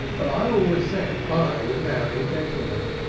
but i always said i would marry a gentleman.